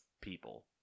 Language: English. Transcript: people